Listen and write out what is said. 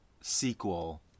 sequel